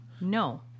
no